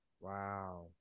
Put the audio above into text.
Wow